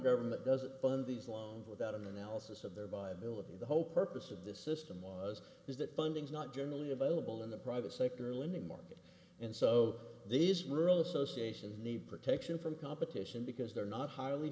government doesn't fund these loans without an analysis of their viability the whole purpose of this system was is that funding is not generally available in the private sector lending market and so these rural associations need protection from competition because they're not highly